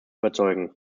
überzeugen